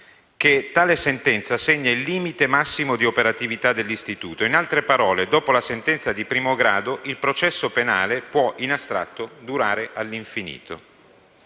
che tale sentenza segna il limite massimo di operatività dell'istituto: in altre parole, dopo la sentenza di primo grado il processo penale può, in astratto, durare all'infinito.